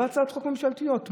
לא הצעות חוק ממשלתיות.